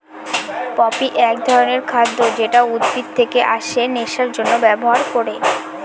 poppy এক ধরনের খাদ্য যেটা উদ্ভিদ থেকে আছে নেশার জন্যে ব্যবহার করে